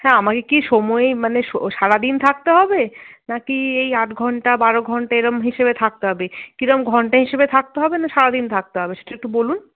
হ্যাঁ আমাকে কি সময়ে মানে সারাদিন থাকতে হবে নাকি এই আট ঘণ্টা বারো ঘণ্টা এরম হিসেবে থাকতে হবে কীরম ঘণ্টা হিসেবে থাকতে হবে না সারাদিন থাকতে হবে সেটা একটু বলুন